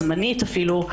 זמנית אפילו,